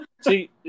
See